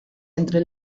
entre